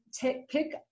pick